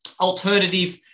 alternative